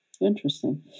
Interesting